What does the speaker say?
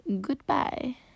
Goodbye